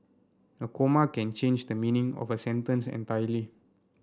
a comma can change the meaning of a sentence entirely